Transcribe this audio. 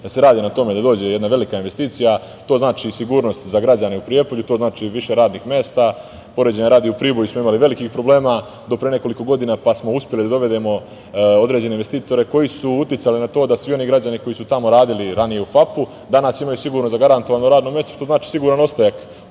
da se radi na tome da dođe jedna velika investicija. To znači sigurnost za građane u Prijepolju, to znači više radnih mesta. Poređenja radi, u Priboju smo imali velikih problema do pre nekoliko godinama, pa smo uspeli da dovedemo određene investitore koji su uticali na to da su svi oni građani koji su tamo radili ranije u FAP-u, danas imaju sigurno zagarantovano radno mesto, što znači siguran ostanak